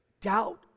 Doubt